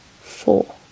four